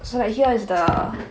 so like here is the